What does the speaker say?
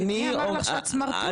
מי אמר לך שאת סמרטוט?